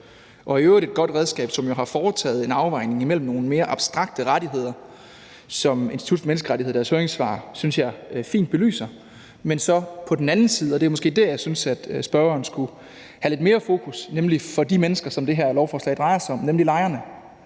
og i øvrigt et godt redskab, om hvilket der jo har været foretaget en afvejning imellem på den ene side nogle mere abstrakte rettigheder, som Institut for Menneskerettigheder i deres høringssvar, synes jeg, fint belyser, og så på den anden side, og det er måske der, jeg synes at spørgeren skulle have lidt mere fokus, de mennesker, som det her lovforslag drejer sig om, nemlig lejerne